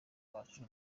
wacu